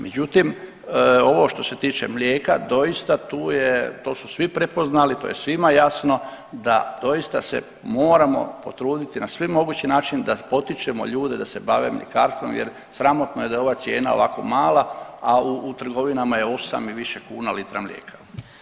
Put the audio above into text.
Međutim, ovo što se tiče mlijeka doista tu je, to su svi prepoznali, to je svima jasno da doista se moramo potruditi na svim mogući način da potičemo ljude da se bave mljekarstvom jer sramotno je da je ova cijena ovako mala, a u trgovinama je 8 i više kuna litra mlijeka.